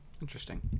Interesting